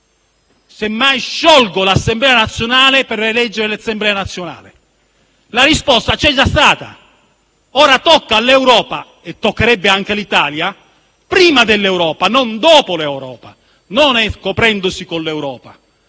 semmai scioglierà l'Assemblea nazionale per eleggerne un'altra. La risposta c'è già stata. Ora tocca all'Europa e toccherebbe anche all'Italia - prima dell'Europa e non dopo l'Europa, non coprendosi con l'Europa,